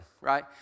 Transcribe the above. right